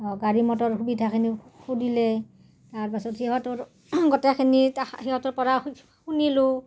গাড়ী মটৰ সুবিধাখিনি সুধিলে তাৰপাছত সিহঁতৰ গোটেইখিনি সিহঁতৰ পৰা শুনিলোঁ